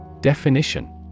Definition